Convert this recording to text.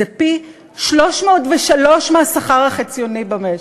זה פי-303 מהשכר החציוני במשק.